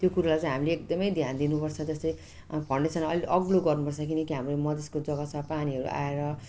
त्यो कुरालाई चाहिँ हामीले एकदमै ध्यान दिनुपर्छ जस्तै अब फाउन्डेसन अलिक अग्लो गर्नुपर्छ किनभने हाम्रो मधेसको जग्गा छ पानीहरू आएर